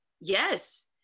Yes